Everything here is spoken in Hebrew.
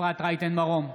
אפרת רייטן מרום,